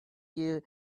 you